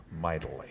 mightily